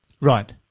Right